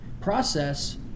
process